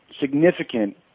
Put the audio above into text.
significant